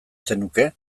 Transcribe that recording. zenuke